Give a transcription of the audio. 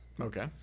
Okay